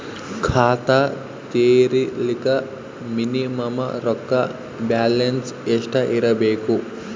ಖಾತಾ ತೇರಿಲಿಕ ಮಿನಿಮಮ ರೊಕ್ಕ ಬ್ಯಾಲೆನ್ಸ್ ಎಷ್ಟ ಇರಬೇಕು?